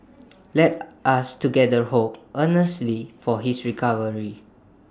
let us together hope earnestly for his recovery